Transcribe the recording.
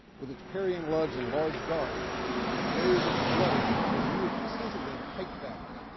with its parrying lugs and large guard and the wave of the blade, was used extensively in pike battles.